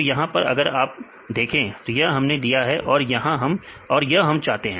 तो यहां पर अगर आप देखें तो यह हमने दिया है और यहां हम चाहते हैं